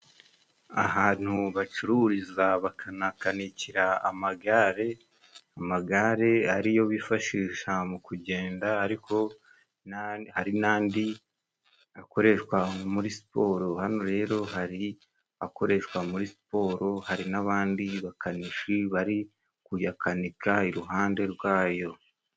Ahantu bacururiza bakanakanikira amagare. Amagare ariyo bifashisha mu kugenda, ariko hari n'andi akoreshwa muri siporo. Hano rero hari akoreshwa muri siporo, hari n'abandi bakanishi bari kuyakanika iruhande rwayo.